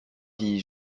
dit